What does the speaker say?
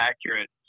accurate